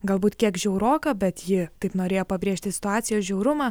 galbūt kiek žiauroką bet ji taip norėjo pabrėžti situacijos žiaurumą